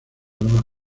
armas